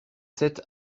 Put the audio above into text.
sept